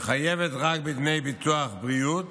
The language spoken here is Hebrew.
וחייבת רק בדמי ביטוח בריאות,